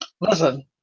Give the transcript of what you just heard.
Listen